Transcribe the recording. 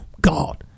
God